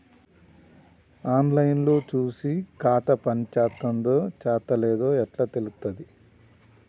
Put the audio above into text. On line లో చూసి ఖాతా పనిచేత్తందో చేత్తలేదో ఎట్లా తెలుత్తది?